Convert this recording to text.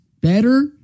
better